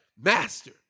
master